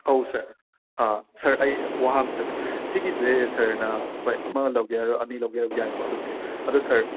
ꯑꯧ sir sir ꯑꯩ ꯋꯥ ꯑꯃꯇꯒ ꯁꯤꯒꯤꯁꯦ ꯁꯔꯅ ꯍꯣꯏ ꯑꯃ ꯂꯧꯒꯦ ꯍꯥꯏꯔꯣ ꯑꯅꯤ ꯂꯧꯒꯦ ꯍꯥꯏꯔꯖꯨ ꯌꯥꯏꯀꯣ ꯑꯗꯨꯕꯨꯗꯤ ꯑꯗꯣ ꯁꯔ